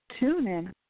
TuneIn